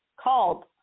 called